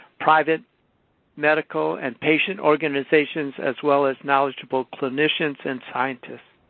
private medical and patient organizations, as well as knowledgeable clinicians and scientists.